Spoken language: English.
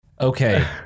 okay